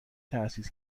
تأسیس